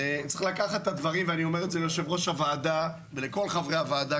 אני אומר ליושב-ראש הוועדה ולכל חברי הוועדה,